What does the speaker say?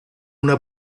una